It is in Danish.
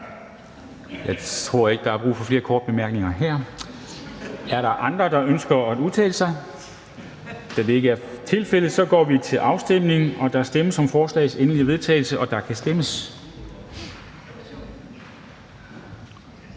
Jeg tror ikke, der er brug for flere korte bemærkninger her. Er der andre, der ønsker at udtale sig? Da det ikke er tilfældet, går vi til afstemning. Kl. 10:14 Afstemning Formanden (Henrik Dam Kristensen): Der stemmes